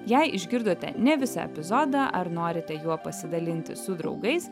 jei išgirdote ne visą epizodą ar norite juo pasidalinti su draugais